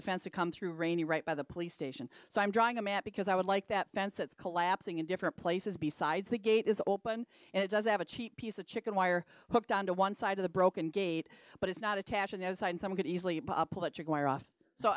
the fence to come through rainey right by the police station so i'm drawing a map because i would like that fence that's collapsing in different places besides the gate is open and it does have a cheap piece of chicken wire hooked on to one side of the broken gate but it's not attaching as i and some could easily